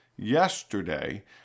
Yesterday